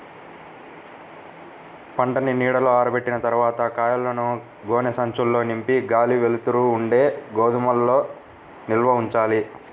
పంటని నీడలో ఆరబెట్టిన తర్వాత కాయలను గోనె సంచుల్లో నింపి గాలి, వెలుతురు ఉండే గోదాముల్లో నిల్వ ఉంచాలి